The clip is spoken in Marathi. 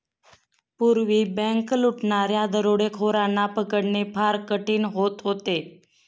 पूर्वी बँक लुटणाऱ्या दरोडेखोरांना पकडणे फार कठीण होत होते